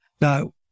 Now